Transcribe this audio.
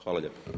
Hvala lijepo.